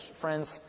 Friends